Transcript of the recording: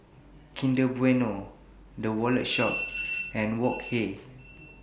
Kinder Bueno The Wallet Shop and Wok Hey